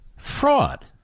Fraud